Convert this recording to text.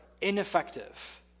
ineffective